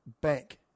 bank